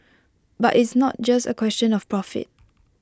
but it's not just A question of profit